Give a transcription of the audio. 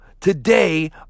today